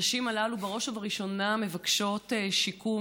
הנשים הללו בראש ובראשונה מבקשות שיקום,